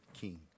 king